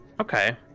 Okay